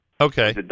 Okay